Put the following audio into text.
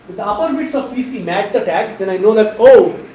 ah and bits of pc match the tag then i know that oh,